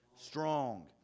Strong